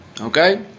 Okay